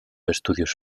estudios